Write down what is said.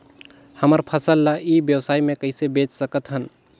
हमर फसल ल ई व्यवसाय मे कइसे बेच सकत हन?